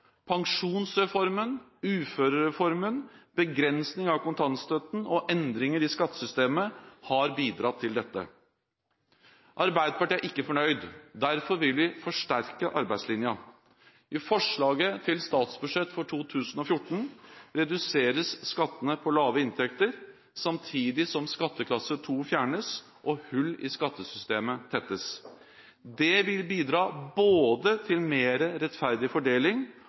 Pensjonsreformen, uførereformen, begrensning i kontantstøtten og endringer i skattesystemet har bidratt til dette. Arbeiderpartiet er ikke fornøyd. Derfor vil vi forsterke arbeidslinjen. I forslaget til statsbudsjett for 2014 reduseres skattene på lave inntekter, samtidig som skatteklasse 2 fjernes og hull i skattesystemet tettes. Det vil bidra både til en mer rettferdig fordeling